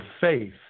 faith